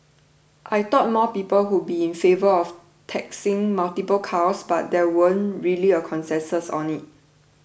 I thought more people would be in favour of taxing multiple cars but there weren't really a consensus on it